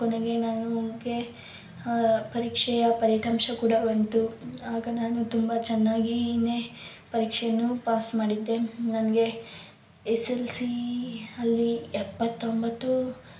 ಕೊನೆಗೆ ನನಗೆ ಪರೀಕ್ಷೆಯ ಫಲಿತಾಂಶ ಕೂಡ ಬಂತು ಆಗ ನಾನು ತುಂಬ ಚೆನ್ನಾಗಿನೇ ಪರೀಕ್ಷೆಯನ್ನು ಪಾಸ್ ಮಾಡಿದ್ದೆ ನನಗೆ ಎಸ್ ಎಲ್ ಸಿಯಲ್ಲಿ ಎಪ್ಪತ್ತೊಂಬತ್ತು